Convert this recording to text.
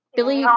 Billy